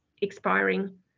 expiring